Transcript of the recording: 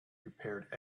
prepared